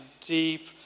deep